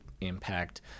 impact